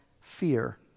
fear